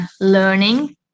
learning